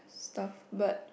stuff but